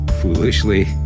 Foolishly